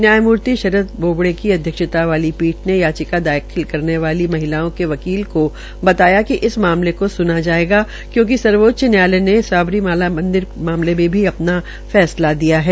न्यायमूर्ति शरद बोवडे की अध्यक्षता वाली पीठ ने याचिका दाखिल करने वाली महिलाओं के वकील को बताया कि इस मामले को स्ना जायेगा क्यूंकि सर्वोच्च न्यायायल ने सबरीमाला मंदिर मामले मे भी अपना फैसला दिया है